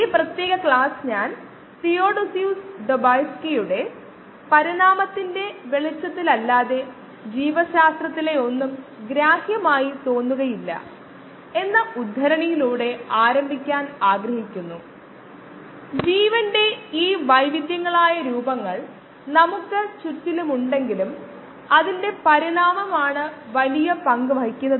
നമ്മൾ ഒരു clean slate സൃഷ്ടിക്കുന്നു തുടർന്ന് നമുക്ക് താൽപ്പര്യമുള്ള ജീവികളെ ബയോ റിയാക്ടറിൽ നിക്ഷേപിക്കുന്നു അത് നമുക്ക് താൽപ്പര്യമുള്ള ഉൽപ്പന്നം ഉൽപാദിപ്പിക്കുന്നു